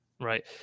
right